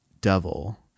Devil